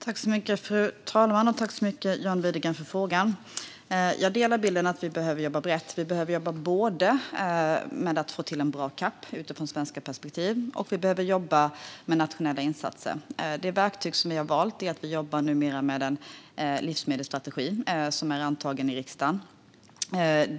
Fru talman! Tack så mycket för frågan, John Widegren! Jag delar bilden att vi behöver jobba brett. Vi behöver jobba med att få till en bra CAP utifrån svenska perspektiv, och vi behöver jobba med nationella insatser. Det verktyg vi har valt är att vi numera jobbar med en livsmedelsstrategi, som är antagen i riksdagen.